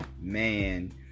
man